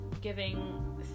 giving